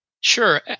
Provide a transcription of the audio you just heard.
Sure